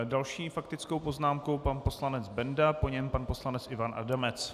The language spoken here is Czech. Další s faktickou poznámkou pan poslanec Benda, po něm pan poslanec Ivan Adamec.